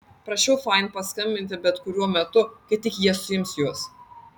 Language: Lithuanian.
prašiau fain paskambinti bet kuriuo metu kai tik jie suims juos